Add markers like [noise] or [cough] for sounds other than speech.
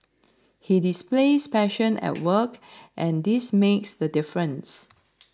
he displays passion at [noise] work and this makes the difference